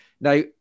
Now